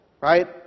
Right